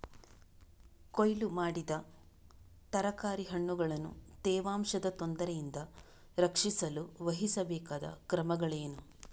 ಕೊಯ್ಲು ಮಾಡಿದ ತರಕಾರಿ ಹಣ್ಣುಗಳನ್ನು ತೇವಾಂಶದ ತೊಂದರೆಯಿಂದ ರಕ್ಷಿಸಲು ವಹಿಸಬೇಕಾದ ಕ್ರಮಗಳೇನು?